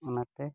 ᱚᱱᱟᱛᱮ